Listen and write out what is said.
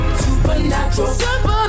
supernatural